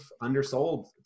undersold